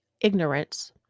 ignorance